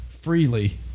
freely